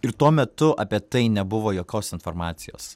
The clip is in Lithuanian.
ir tuo metu apie tai nebuvo jokios informacijos